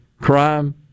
crime